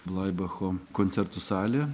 blaibacho koncertų salė